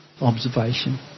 observation